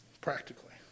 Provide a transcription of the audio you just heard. practically